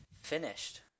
finished